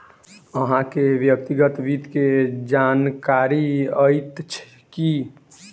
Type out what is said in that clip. अहाँ के व्यक्तिगत वित्त के जानकारी अइछ की?